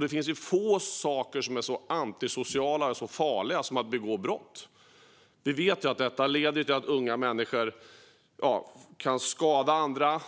Det finns få saker som är så antisociala och farliga som att begå brott. Vi vet att detta leder till att unga människor kan skada andra.